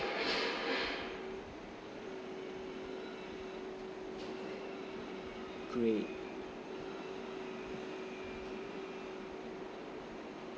great